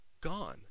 gone